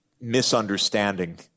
misunderstanding